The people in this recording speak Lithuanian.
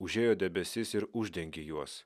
užėjo debesis ir uždengė juos